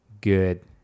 good